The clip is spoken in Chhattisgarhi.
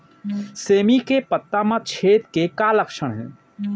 सेमी के पत्ता म छेद के का लक्षण हे?